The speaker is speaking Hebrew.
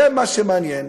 זה מה שמעניין,